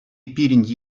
пирӗн